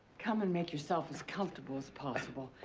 come and make yourself as comfortable as possible.